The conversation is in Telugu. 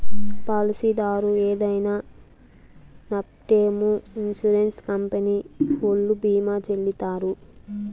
పాలసీదారు ఏదైనా నట్పూమొ ఇన్సూరెన్స్ కంపెనీ ఓల్లు భీమా చెల్లిత్తారు